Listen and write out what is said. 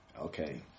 okay